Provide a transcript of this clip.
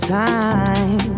time